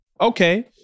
okay